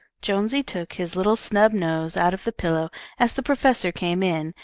jonesy took his little snub nose out of the pillow as the professor came in,